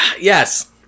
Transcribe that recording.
Yes